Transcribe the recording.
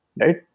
right